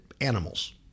animals